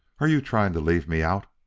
are you trying to leave me out?